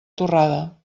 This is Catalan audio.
torrada